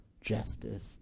justice